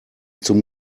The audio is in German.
zum